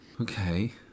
Okay